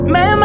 Man